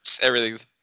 Everything's